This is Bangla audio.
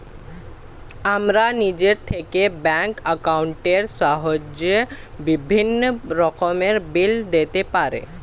আমরা নিজে থেকেই ব্যাঙ্ক অ্যাকাউন্টের সাহায্যে বিভিন্ন রকমের বিল দিতে পারি